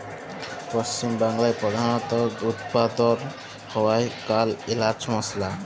পশ্চিম বাংলায় প্রধালত উৎপাদল হ্য়ওয়া কাল এলাচ মসলা